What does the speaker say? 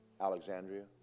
Alexandria